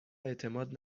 اعتماد